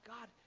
God